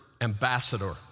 ambassador